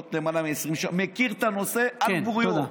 למעלה מ-20 שנה ומכיר את הנושא על בוריו.